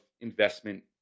investment